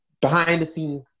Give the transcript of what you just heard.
behind-the-scenes